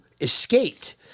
escaped